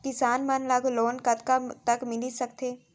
किसान मन ला लोन कतका तक मिलिस सकथे?